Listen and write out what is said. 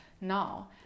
now